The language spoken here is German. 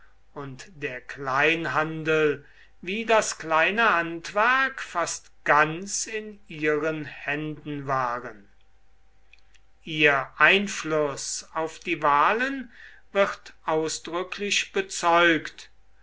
und der kleinhandel wie das kleine handwerk fast ganz in ihren händen waren ihr einfluß auf die wahlen wird ausdrücklich bezeugt